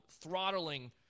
throttling